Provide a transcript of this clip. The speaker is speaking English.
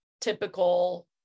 typical